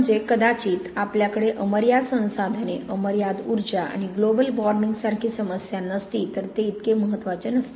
म्हणजे कदाचित आपल्याकडे अमर्याद संसाधने अमर्याद ऊर्जा आणि ग्लोबल वॉर्मिंग सारखी समस्या नसती तर ते इतके महत्त्वाचे नसते